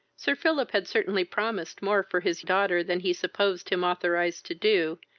sir philip had certainly promised more for his daughter than he supposed him authorised to do,